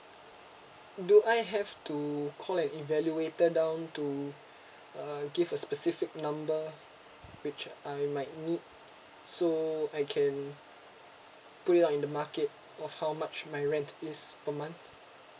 do I have to call an evaluator down to uh give a specific number which I might need so I can put it up in the market of how much my rent is per month